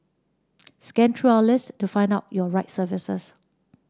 scan through our list to find out your right services